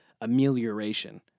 amelioration